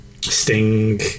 Sting